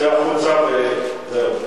צא החוצה, וזהו.